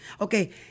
Okay